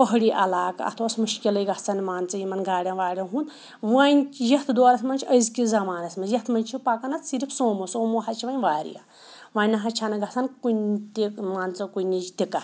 پہٲڑی علاقہٕ اَتھ اوس مُشکِلٕے گژھان مان ژٕ یِمَن گاڑٮ۪ن واڑٮ۪ن ہُنٛد وۄنۍ یَتھ دورَس منٛز چھِ أزۍکِس زمانَس منٛز یَتھ منٛز چھِ پَکان اَتھ صرف سوموٗ سوموٗ حظ چھِ وۄنۍ واریاہ وۄنۍ نہ حظ چھَنہٕ گژھان کُنہِ تہِ مان ژٕ کُنِچ دِقت